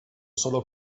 solo